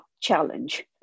challenge